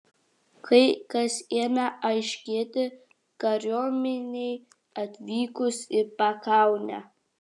kai kas ėmė aiškėti kariuomenei atvykus į pakaunę